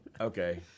okay